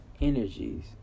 energies